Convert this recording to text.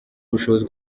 ubushobozi